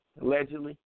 allegedly